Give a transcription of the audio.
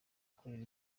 ikorera